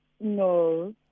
No